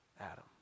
Adam